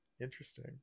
Interesting